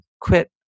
quit